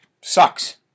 Sucks